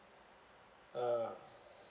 uh